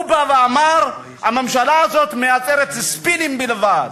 הוא בא ואמר: הממשלה הזאת מייצרת ספינים בלבד.